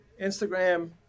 instagram